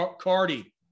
Cardi